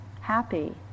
happy